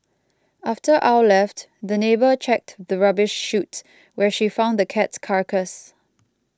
after Ow left the neighbour checked the rubbish chute where she found the cat's carcass